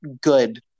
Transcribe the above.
good